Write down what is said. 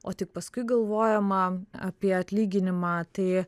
o tik paskui galvojama apie atlyginimą tai